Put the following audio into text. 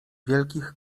wielkich